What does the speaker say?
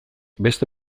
beste